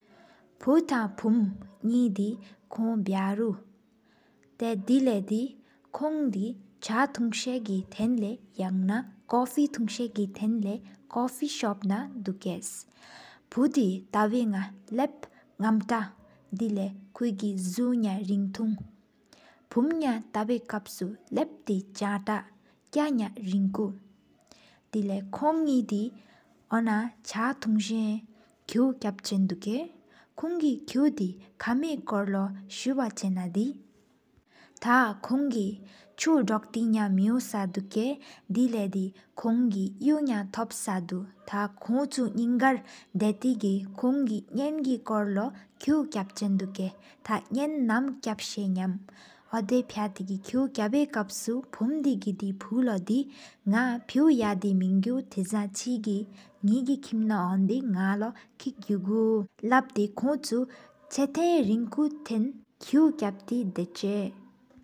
ཕུ་ཐང་ཕུམ་གཉིས་དི་ཁོང་བ་རུ། ཏེ་དེ་ལེ་དེ་དཀོན་གསར་གུ་ཐེན་ལེ། ཡ་ན་ཆུ་སྒོར་གུ་ཐེན་ལེ། ཆུ་སྒོར་ཚོང་རུ་དུ་ཁ་ཕུ་དེ་ཐར་འལེད་ལབ་སྟེ། ནམ་ཏ་དེ་ལེགས་གཡུ་ཡ་རིགས་ཐུང་། ཕུམ་ཡ་ཐེ་པཡི་ཁམ་སུ་ལབ་ཏེ་ཕལ་ཏ། རྒྱ་ནག་རིང་ཁུ་དེ་ལེ་ཁོ་གཉེས་དི་ཨོ་ན། གྲགས་ཐུངས་མཁོག་ཀབ་ཟེན་དུ་ཁ། ཀོང་དགེ་མཁོག་དེ་ཀ་མི་ཁྱེར་སུ་བ་ཆེ་ན་དི། ཐ་ཁོང་གུ་ཆུ་དེ་གི་ཡ་མེ་སོ་དུ་ཁ། ཐ་ཁོང་གུ་ཡུས་ཡ་མཐོང་ས་དུ། ཐ་ཁོ་ཆུ་ཉེན་གར་ཅེ་གི་སྐུང་རི་ཉེན། ཧཱ་ཀོ་རོ་ཁོག་ཀབ་ཆེ་དུ་ཁ། ཐ་ན་ནི་སྣེ་ཁབ་ས་ཉེམ་ལབ་ཡུ་ཏེ། ཁོག་ཀབ་གབ་སུ་ཕུ་རུ་གི་དི་ཕུ་ལོ་དི། ནག་ཕེད་གཡག་གི་མི་ངུ་དེ་བཟང་། ཆེ་གི་ནག་གྱི་མི་ན་ཧག་དི་ནག་ལོ། ཁི་གེ་གུ་ལབ་ཏེ་ཀོང་ཆུ་ཅེ་རིན་དང་། སངས་ཁོག་ཀབ་ཏེ་ནེ་ཅ།